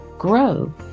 Grow